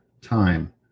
time